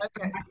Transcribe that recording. okay